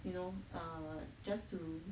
you know err just to